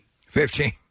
Fifteen